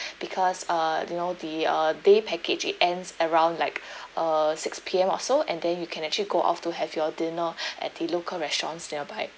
because uh you know the uh day package it ends around like uh six P_M or so and then you can actually go off to have your dinner at the local restaurants nearby